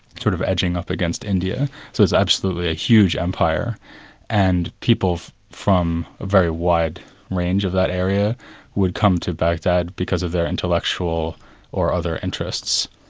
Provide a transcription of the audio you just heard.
sort of edging up against india. so it's absolutely a huge empire and people from a very wide range of that area would come to baghdad because of their intellectual or other interests.